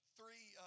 three